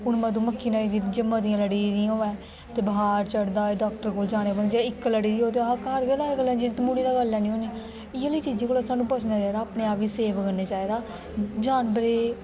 हून मधुमक्खी बी जे मतियां लड़ी गेदी होऐ ते बखार चढदा ऐ डाॅक्टर कोल जाना पोंदा ते जेकर इक लडी दी होऐ ते अस घार गै लाज तम्हूड़ी दा करी लैन्ने होने इये लेई चीजें कोला सानू बचने दे अपने आप गी सेफ करने चाहिदा जानवरें